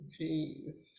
Jeez